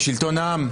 היא שלטון העם.